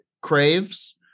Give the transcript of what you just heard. craves